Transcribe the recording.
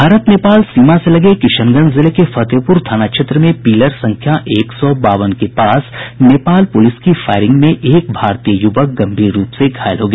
भारत नेपाल सीमा से लगे किशनगंज जिले के फतेहपूर थाना क्षेत्र में पिलर संख्या एक सौ बावन के पास नेपाल पुलिस की फायरिंग में एक भारतीय युवक गंभीर रूप से घायल हो गया